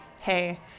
hey